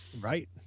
right